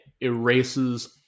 erases